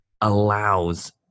allows